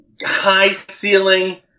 high-ceiling